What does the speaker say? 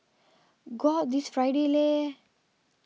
go out this Friday Lei